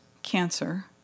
cancer